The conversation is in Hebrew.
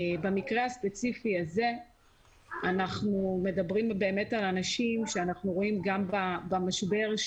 במקרה הספציפי הזה אנחנו מדברים על אנשים שאנחנו רואים גם במשבר,